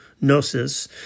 gnosis